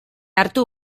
hartu